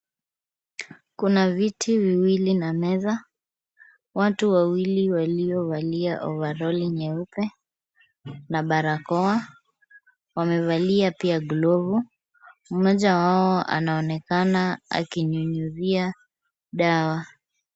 Kuna viti viwili na meza. Watu wawili waliovalia ovaroli nyeupe na barakoa, wamevalia pia glove . Mmoja wao anaonekana akinyunyizia dawa.